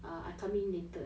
um I'm coming later